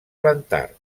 plantar